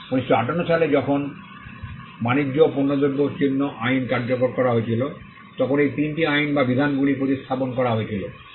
1958 সালে যখন বাণিজ্য ও পণ্যদ্রব্য চিহ্ন আইন কার্যকর করা হয়েছিল তখন এই তিনটি আইন বা বিধানগুলি প্রতিস্থাপন করা হয়েছিল